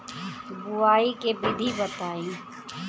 बुआई के विधि बताई?